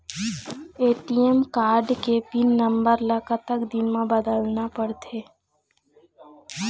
ATM card के pin number ला कतक दिन म बदलना पड़थे?